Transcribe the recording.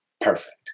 Perfect